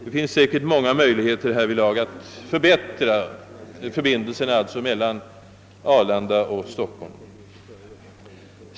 — Det finns sålunda säkert många möjligheter att förbättra förbindelserna mellan Arlanda och Stockholm.